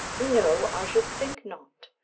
no i should think not.